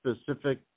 specific